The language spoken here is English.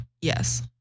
Yes